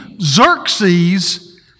Xerxes